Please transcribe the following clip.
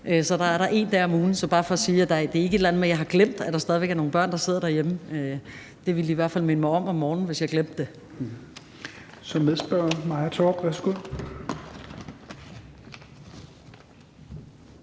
Så de er i skole en dag om ugen. Det er bare for at sige, at det ikke er et eller andet med, at jeg har glemt, at der stadig væk er nogle børn, der sidder derhjemme. Det ville de i hvert fald minde mig om om morgenen, hvis jeg glemte det. Kl. 16:47 Tredje næstformand